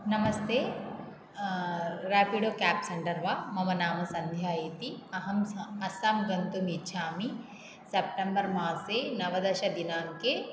नमस्ते Rapido cab centre वा मम नाम सन्ध्या इति अहं स अस्साम् गन्तुमिच्छामि सप्टेम्बर् मासे नवदशदिनाङ्के